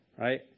Right